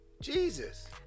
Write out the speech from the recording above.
jesus